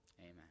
Amen